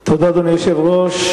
תודה, אדוני היושב-ראש.